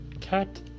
Cat